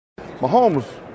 Mahomes